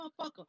motherfucker